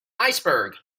iceberg